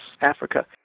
Africa